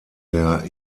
der